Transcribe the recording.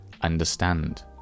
understand